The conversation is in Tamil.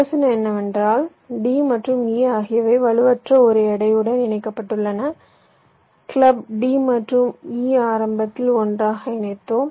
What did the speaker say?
யோசனை என்னவென்றால் d மற்றும் e ஆகியவை வலுவற்ற ஒரு எடையுடன் இணைக்கப்பட்டுள்ளன கிளப் d மற்றும் e ஆரம்பத்தில் ஒன்றாக இணைத்தோம்